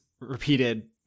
repeated